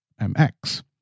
MX